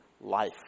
life